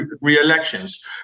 re-elections